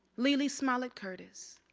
lily smiled at curtis,